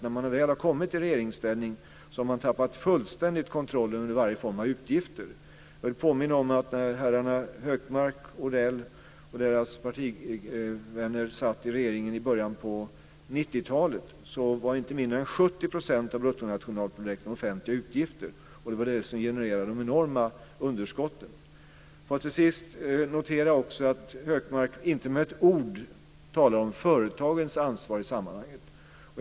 När man väl har kommit i regeringsställning har man fullständigt tappat kontroll över varje form av utgifter. Jag vill påminna om att när herrarna Hökmark och Odell och deras partivänner satt i regeringen i början av 90-talet var inte mindre än 70 % av bruttonationalprodukten offentliga utgifter. Det var det som genererade de enorma underskotten. Får jag till sist också notera att Hökmark inte med ett ord talar om företagens ansvar i sammanhanget.